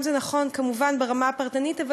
זה נכון כמובן ברמה הפרטנית,